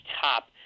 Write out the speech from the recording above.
top